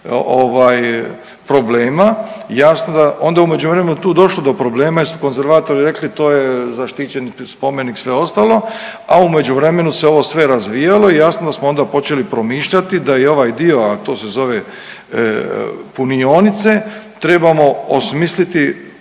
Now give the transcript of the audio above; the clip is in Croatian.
problema. Jasno da onda je u međuvremenu tu došlo do problema jer su konzervatori rekli to je zaštićen spomenik, sve ostalo, a u međuvremenu se ovo sve razvijalo i jasno da smo onda počeli promišljati da je ovaj dio, a to se zove punionice trebamo osmisliti